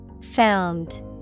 Found